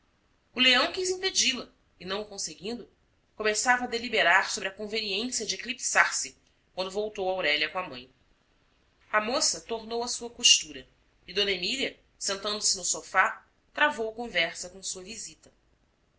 o leão quis impedi la e não o conseguindo começava a deliberar sobre a conveniência de eclipsarse quando voltou aurélia com a mãe a moça tornou à sua costura e d emília sentando-se no sofá travou conversa com sua visita